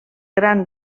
gran